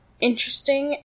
interesting